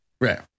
Right